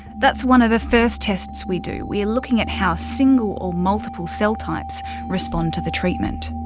that's one of the first tests we do, we are looking at how single or multiple cell types respond to the treatment.